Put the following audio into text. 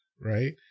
Right